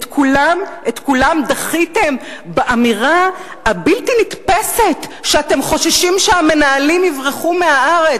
את כולם דחיתם באמירה הבלתי-נתפסת שאתם חוששים שהמנהלים יברחו מהארץ.